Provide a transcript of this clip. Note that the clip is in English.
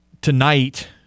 Tonight